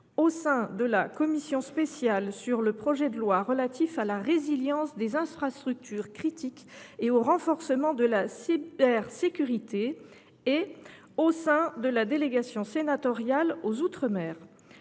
au sein de la commission spéciale sur le projet de loi relatif à la résilience des infrastructures critiques et au renforcement de la cybersécurité, ainsi qu’au sein de la délégation sénatoriale aux outre mer.